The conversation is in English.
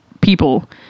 people